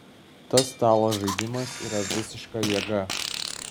tas stalo žaidimas yra visiška jėga